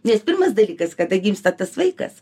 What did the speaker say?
nes pirmas dalykas kada gimsta tas vaikas